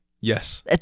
Yes